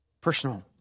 personal